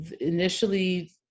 initially